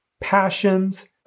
passions